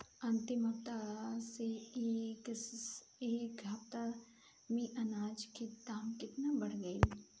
अंतिम हफ्ता से ए हफ्ता मे अनाज के दाम केतना बढ़ गएल?